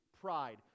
pride